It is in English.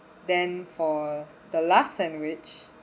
then for the last sandwich